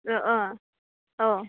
अ अ औ